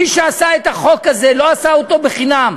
מי שעשה את החוק הזה לא עשה אותו בחינם,